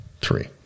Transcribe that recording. three